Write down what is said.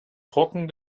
trocken